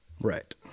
Right